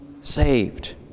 saved